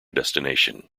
destination